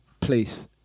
Please